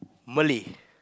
Malay